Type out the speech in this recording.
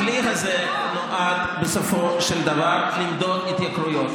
הכלי הזה נועד, בסופו של דבר, למדוד התייקרויות.